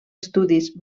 estudis